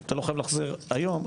ואתה לא חייב להחזיר תשובה היום.